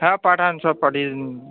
হ্যাঁ পাঠান সব পাঠিয়ে দিন